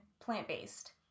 plant-based